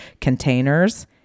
containers